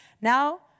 Now